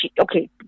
okay